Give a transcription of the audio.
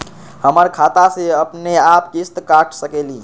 हमर खाता से अपनेआप किस्त काट सकेली?